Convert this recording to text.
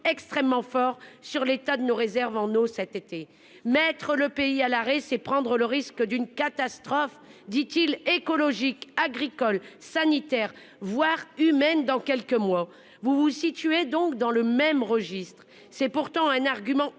extrêmement fort sur l'état de nos réserves en eau cet été mettre le pays à l'arrêt, c'est prendre le risque d'une catastrophe, dit-il écologique agricole sanitaire voire humaine dans quelques mois vous vous situez donc dans le même registre. C'est pourtant un argument